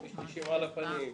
כביש 90 על הפנים.